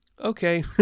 Okay